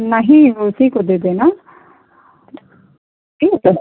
नहीं उसी को दे देना ठीक